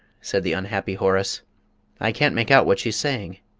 said the unhappy horace i can't make out what she's saying.